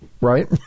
right